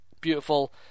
beautiful